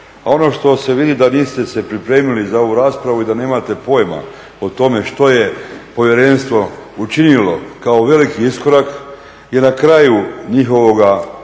Ono što se vidi da niste se pripremili za ovu raspravu i da nemate pojma o tome što je Povjerenstvo učinilo kao velik iskorak i na kraju njihovoga